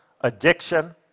addiction